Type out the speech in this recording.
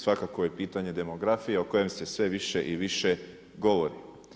Svakako je pitanje demografije o kojoj se sve više i više govori.